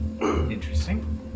interesting